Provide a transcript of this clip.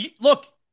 look